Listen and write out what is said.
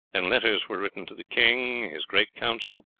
and letters were written to the king, his great council,